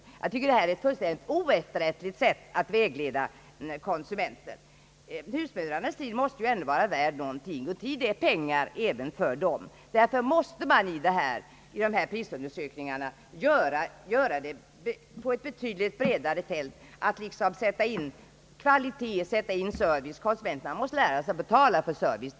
Jag anser att det är ett fullkomligt oefterrättligt sätt att vägleda konsumenter på. Husmödrarnas tid måste ju ändå vara värd någonting! Tid är pengar även för dem, Därför måste prisundersökningarna göras på ett betydligt bredare fält; man får ta med kvalitet och service. Konsumenterna måste lära sig att också betala för service.